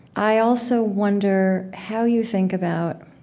i also wonder how you think about